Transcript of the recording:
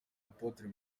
apotre